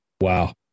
wow